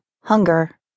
hunger